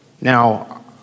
Now